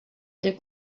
est